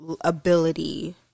ability